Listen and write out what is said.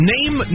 Name